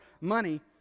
money